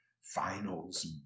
finals